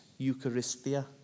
Eucharistia